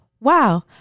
wow